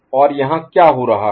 और यहाँ क्या हो रहा है